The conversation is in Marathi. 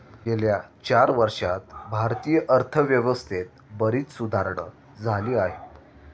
गेल्या चार वर्षांत भारतीय अर्थव्यवस्थेत बरीच सुधारणा झाली आहे